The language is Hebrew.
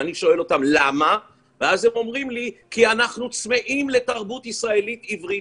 אני שואל אותם למה והם אומרים שהם צמאים לתרבות עברית.